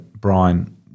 Brian